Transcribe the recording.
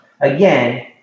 Again